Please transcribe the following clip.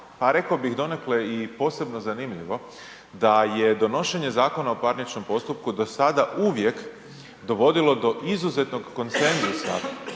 a reko bih donekle i posebno zanimljivo da je donošenje Zakon o parničnom postupku do sad uvijek dovodilo do izuzetnog konsenzusa